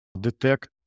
detect